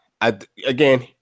Again